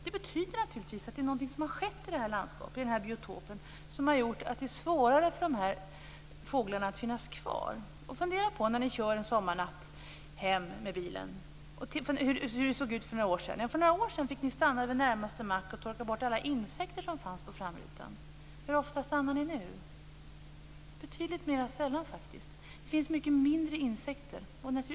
Det betyder naturligtvis att det är något som har skett i det här landskapet, den här biotopen, som har gjort att det är svårare för de här fåglarna att finnas kvar. Fundera, när ni kör hem med bilen en sommarnatt, på hur det såg ut för några år sedan. För några år sedan fick ni stanna vid närmaste mack och torka bort alla insekter som fanns på framrutan. Hur ofta stannar ni nu? Betydligt mer sällan, faktiskt. Det finns mycket färre insekter.